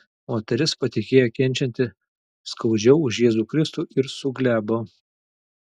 moteris patikėjo kenčianti skaudžiau už jėzų kristų ir suglebo